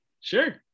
Sure